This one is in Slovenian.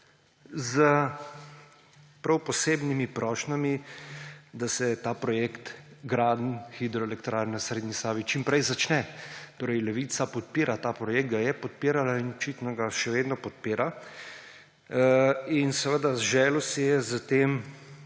s prav posebnimi prošnjami, da se ta projekt gradenj hidroelektrarn na srednji Savi čim prej začne. Torej Levica podpira ta projekt, ga je podpirala in očitno ga še vedno podpira. Želel si je s tem